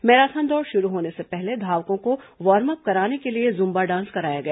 marathon दौड़ शुरू होने से पहले धावकों को वार्मअप कराने के लिए जुम्बा डांस कराया गया